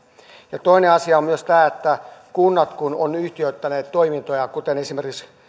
ja toinen asia on myös tämä että kunnat kun ovat yhtiöittäneet toimintojaan kuten esimerkiksi